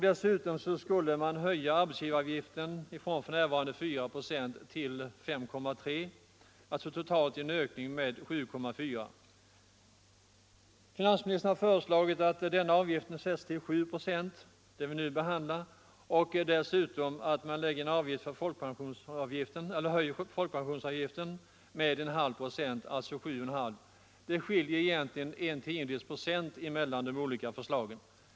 Dessutom skulle arbetsgivaravgiften höjas från för närvarande 4 procent till 5,3 procent, alltså totalt en ökning med 7,4 procent. Finansministern har föreslagit att denna avgift sätts till 7 procent — det som vi nu behandlar —- och att man höjer folkpensionsavgiften med 0,5 procent, alltså 7,5 procent. Det skiljer egentligen endast 0,1 procent mellan de olika förslagen.